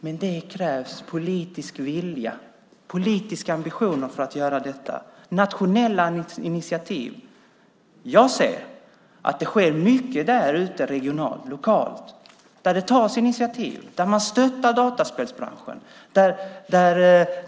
Men det krävs politisk vilja, politiska ambitioner för att göra detta, nationella initiativ. Jag ser att det sker mycket där ute regionalt och lokalt. Där tas det initiativ. Man stöttar dataspelsbranschen.